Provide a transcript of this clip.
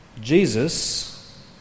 Jesus